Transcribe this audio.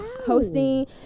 hosting